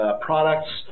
products